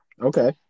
Okay